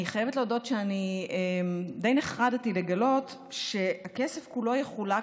אני חייבת להודות שדי נחרדתי לגלות שהכסף כולו יחולק